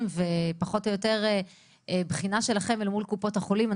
ופחות או יותר בחינה שלכם אל מול קופות החולים.